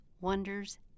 Wonders